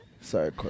sorry